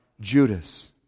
judas